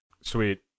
Sweet